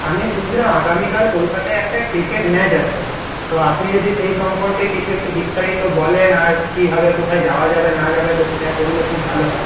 আমি শুনছিলাম আগামীকাল কলকাতায় একটা ক্রিকেট ম্যাচ আছে তো আপনি যদি সেই সম্পর্কে কিছু একটু বিস্তারিত বলেন আর কীভাবে কোথায় যাওয়া যাবে না যাবে তো সেটা বললে খুব ভালো হয়